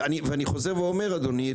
ואני חוזר ואומר אדוני,